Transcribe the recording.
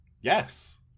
Yes